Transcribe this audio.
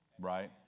right